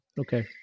Okay